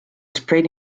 sprayed